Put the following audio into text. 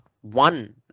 one